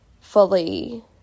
fully